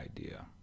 idea